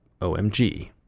OMG